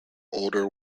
older